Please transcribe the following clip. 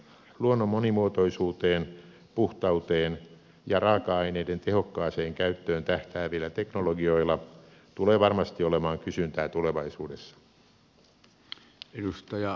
luonnon monimuotoisuuteen puhtauteen ja raaka aineiden tehokkaaseen käyttöön tähtäävillä teknologioilla tulee varmasti olemaan kysyntää tulevaisuudessa